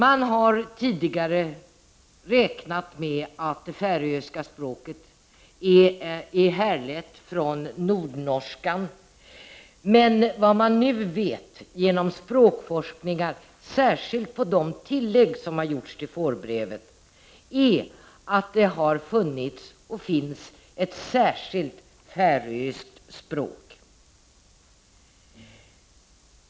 Man har tidigare räknat med att det färöiska språket är härlett från nordnorskan, men vad man nu vet genom språkforskning, särskilt på de tillägg som har gjorts till fårbrevet, är att det har funnits och finns ett särskilt färöiskt språk.